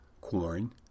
Corn